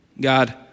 God